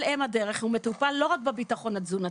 על אם הדרך הוא מטופל לא רק בביטחון התזונתי,